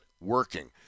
working